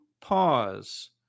pause